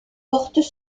portent